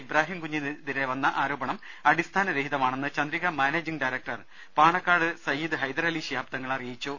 ഇബ്രാഹിംകുഞ്ഞിനെതിരെ വന്ന ആരോപണം അടിസ്ഥാനരഹിതമാണെന്ന് ചന്ദ്രിക മാനേജിംഗ് ഡയറക്ടർ പാണക്കാട് സയ്യിദ് ഹൈദരാലി ശിഹാബ് തങ്ങൾ അറിയിച്ചു